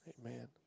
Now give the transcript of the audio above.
Amen